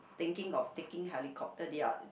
thinking of taking helicopter they are